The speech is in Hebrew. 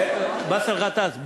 באסל גטאס,